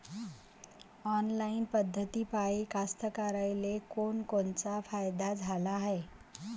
Online पद्धतीपायी कास्तकाराइले कोनकोनचा फायदा झाला हाये?